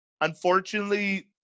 unfortunately